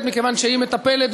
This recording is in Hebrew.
בבקשה, אדוני.